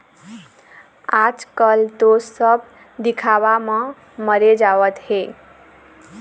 आजकल तो सब दिखावा म मरे जावत हें